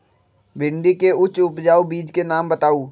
भिंडी के उच्च उपजाऊ बीज के नाम बताऊ?